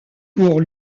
pour